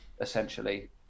essentially